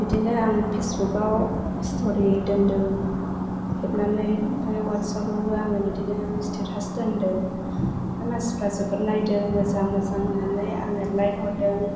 बिदिनो आं फेसबुकआव स्ट'रि दोन्दों हेबनानै ओमफ्राय वाट्सएपावबो आङो बिदिनो स्टेटास दोन्दों ओमफ्राय मानसिफ्रा जोबोद नायदों मोजां मोजां होननानै आंनो लाइक हरदों